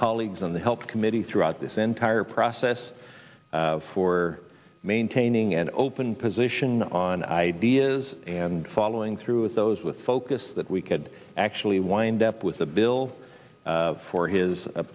colleagues on the health committee throughout this entire process for maintaining an open position on ideas and following through with those with focus that we could actually wind up with the bill for his